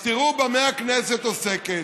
אז תראו במה הכנסת עוסקת,